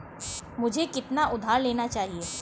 मुझे कितना उधार लेना चाहिए?